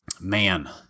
Man